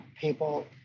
people